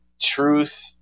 truth